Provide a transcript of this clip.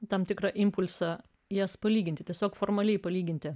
tam tikrą impulsą jas palyginti tiesiog formaliai palyginti